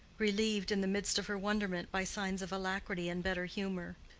relieved in the midst of her wonderment by signs of alacrity and better humor.